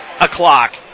o'clock